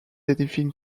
anything